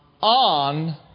on